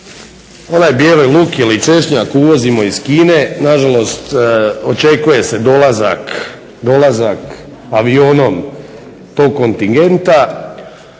Onaj bijeli luk ili češnjak uvozimo iz Kine na žalost. Očekuje se dolazak avionom tog kontingenta.